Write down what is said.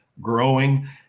growing